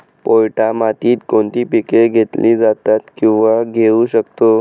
पोयटा मातीत कोणती पिके घेतली जातात, किंवा घेऊ शकतो?